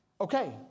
Okay